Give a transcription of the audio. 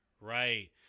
Right